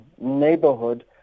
Neighborhood